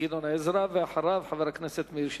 גדעון עזרא, ואחריו, חבר הכנסת מאיר שטרית.